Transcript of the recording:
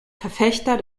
verfechter